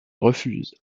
refusent